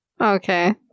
Okay